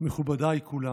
מכובדיי כולם,